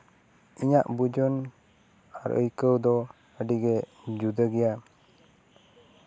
ᱤᱧᱟᱹᱜ ᱵᱩᱡᱩᱱ ᱟᱨ ᱟᱹᱭᱠᱟᱹᱣ ᱫᱚ ᱟᱹᱰᱤ ᱜᱮ ᱡᱩᱫᱟᱹ ᱜᱮᱭᱟ